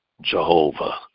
Jehovah